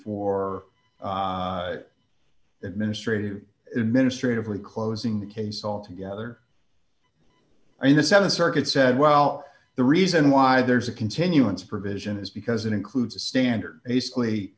for administrative administrative or closing the case altogether i mean the th circuit said well the reason why there's a continuance provision is because it includes a standard basically